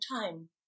time